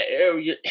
area